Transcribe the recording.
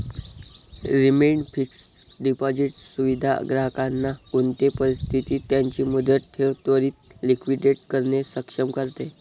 redeemed fixed deposit सुविधा ग्राहकांना कोणते परिस्थितीत त्यांची मुदत ठेव त्वरीत लिक्विडेट करणे सक्षम करते